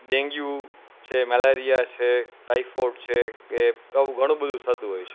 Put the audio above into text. dengue છે malaria છે typhoid છે કે કહુ ઘણું બધું થતું હોય છે